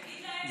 תגיד להם